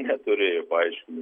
neturėjo paaiškinimo